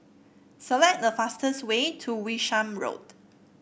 select the fastest way to Wishart Road